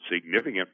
Significant